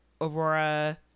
Aurora